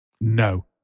No